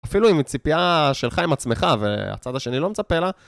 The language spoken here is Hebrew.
אפילו אם היא ציפייה שלך עם עצמך, והצד השני לא מצפה לה.